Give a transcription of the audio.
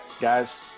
guys